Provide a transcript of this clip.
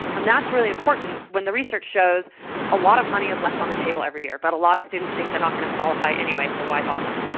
that's really important when the research shows a lot of money is left on the table every year, but a lot of students think they're not going to qualify anyway, so why bother.